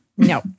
No